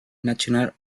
national